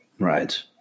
Right